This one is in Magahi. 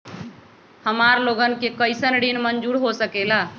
हमार लोगन के कइसन ऋण मंजूर हो सकेला?